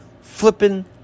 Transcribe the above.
flipping